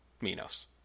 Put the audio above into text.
Minos